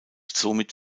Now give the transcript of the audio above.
somit